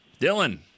dylan